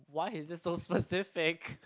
why is it so specific